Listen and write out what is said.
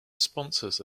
sponsors